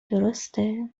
درسته